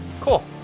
Cool